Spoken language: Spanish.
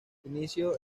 inició